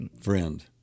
friend